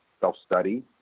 self-study